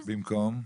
במקום?